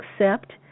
accept